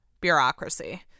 bureaucracy